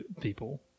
people